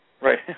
Right